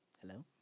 hello